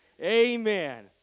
Amen